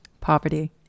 poverty